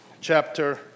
chapter